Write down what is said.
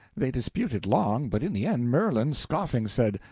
they disputed long, but in the end, merlin, scoffing, said,